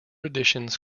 editions